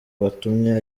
batumye